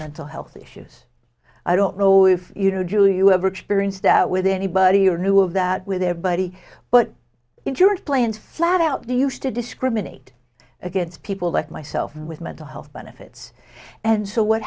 mental health issues i don't know if you know julie you ever experienced out with anybody or knew of that with their body but insurance plans flat out do used to discriminate against people like myself with mental health benefits and so what